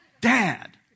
dad